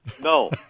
No